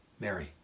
Mary